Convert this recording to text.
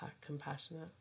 compassionate